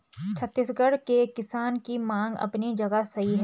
छत्तीसगढ़ के किसान की मांग अपनी जगह सही है